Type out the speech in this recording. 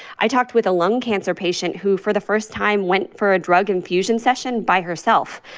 i talked with a lung cancer patient who, for the first time, went for a drug infusion session by herself.